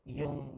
yung